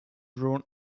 brown